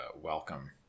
welcome